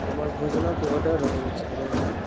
हमर भोजनके ऑडर रहे छलै हँ